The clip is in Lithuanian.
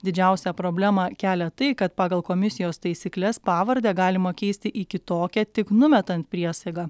didžiausią problemą kelia tai kad pagal komisijos taisykles pavardę galima keisti į kitokią tik numetant priesagą